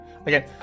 Okay